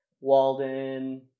Walden